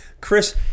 Chris